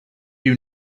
you